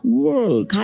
world